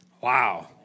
Wow